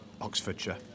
Oxfordshire